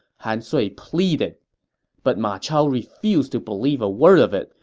han sui pleaded but ma chao refused to believe a word of it,